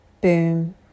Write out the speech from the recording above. boom